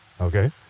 Okay